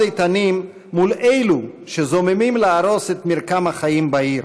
איתנים מול אלו שזוממים להרוס את מרקם החיים בעיר